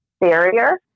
barrier